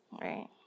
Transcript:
Right